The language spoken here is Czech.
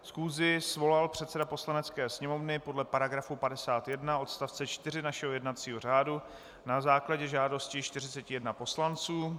Schůzi svolal předseda Poslanecké sněmovny podle § 51 odst. 4 našeho jednacího řádu na základě žádosti 41 poslanců.